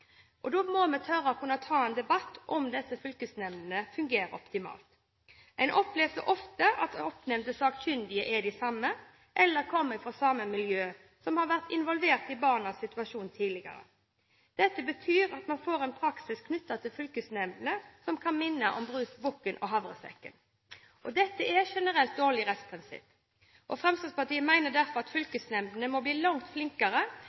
Da må vi kunne tørre å ta en debatt om disse fylkesnemndene fungerer optimalt. En opplever ofte at oppnevnte sakkyndige er de samme eller kommer fra samme miljø som har vært involvert i barnas situasjon tidligere. Dette betyr at man får en praksis knyttet til fylkesnemndene som kan minne om bukken og havresekken. Dette er generelt et dårlig rettsprinsipp. Fremskrittspartiet mener derfor at fylkesnemndene må bli langt flinkere